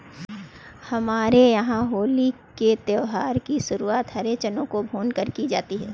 हमारे यहां होली के त्यौहार की शुरुआत हरे चनों को भूनकर की जाती है